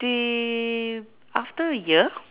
the after year